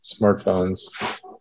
smartphones